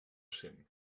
cent